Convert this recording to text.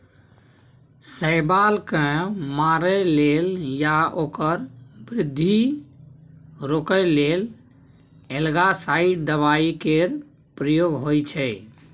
शैबाल केँ मारय लेल या ओकर बृद्धि रोकय लेल एल्गासाइड दबाइ केर प्रयोग होइ छै